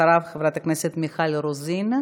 אחריו, חברת הכנסת מיכל רוזין,